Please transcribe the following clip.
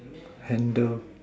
handler